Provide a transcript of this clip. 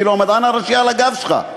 כאילו המדען הראשי על הגב שלך?